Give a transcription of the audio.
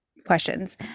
questions